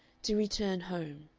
to return home.